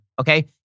Okay